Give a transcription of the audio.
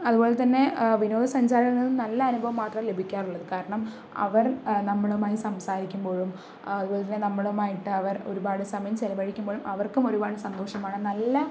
അതുപോലെ തന്നെ വിനോദസഞ്ചാരികളിൽ നിന്ന് നല്ല അനുഭവം മാത്രമേ ലഭിക്കാറുള്ളൂ കാരണം അവർ നമ്മളുമായി സംസാരിക്കുമ്പോഴും അതുപോലെ തന്നെ നമ്മളുമായിട്ട് അവർ ഒരുപാട് സമയം ചിലവഴിക്കുമ്പോഴും അവർക്കും ഒരുപാട് സന്തോഷമാണ് നല്ല